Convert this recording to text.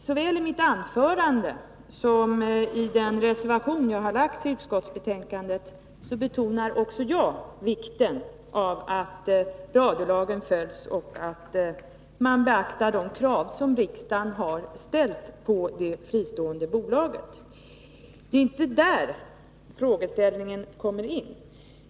Såväl i mitt anförande som i den reservation som jag har fogat vid betänkandet betonar också jag vikten av att radiolagen följs och att de krav som riksdagen ställt på det fristående bolaget beaktas. Det är inte det frågeställningen gäller.